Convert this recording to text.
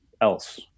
else